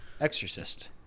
exorcist